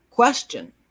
Question